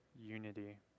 unity